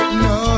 no